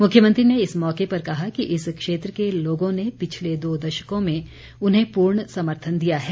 मुख्यमंत्री ने इस मौके पर कहा कि इस क्षेत्र के लोगों ने पिछले दो दशकों में उन्हें पूर्ण समर्थन दिया है